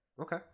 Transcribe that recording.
okay